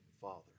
Father